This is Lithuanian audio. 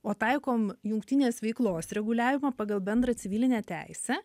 o taikom jungtinės veiklos reguliavimą pagal bendrą civilinę teisę